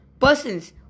persons